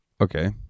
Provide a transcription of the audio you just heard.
okay